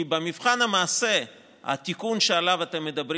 כי במבחן המעשה התיקון שעליו אתם מדברים